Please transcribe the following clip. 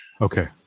Okay